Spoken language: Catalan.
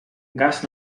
gas